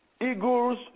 Eagles